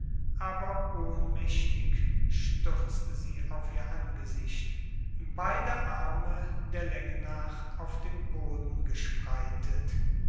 aber ohnmächtig stürzte sie auf ihr angesicht beide arme der länge nach auf den boden gespreitet